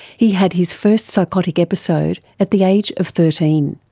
he had his first psychotic episode at the age of thirteen.